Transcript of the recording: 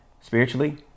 Spiritually